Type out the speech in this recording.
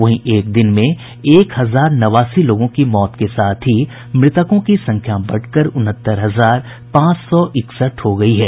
वहीं एक दिन में एक हजार नवासी लोगों की मौत के साथ ही मृतकों की संख्या बढ़कर उनहत्तर हजार पांच सौ इकसठ हो गयी है